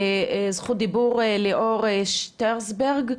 זכות דיבור ליאור שטרסברג,